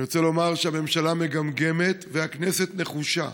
אני רוצה לומר שהממשלה מגמגמת והכנסת נחושה,